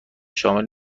شامل